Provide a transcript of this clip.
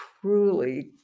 truly